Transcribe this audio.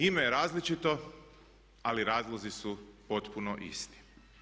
Ime je različito, ali razlozi su potpuno isti.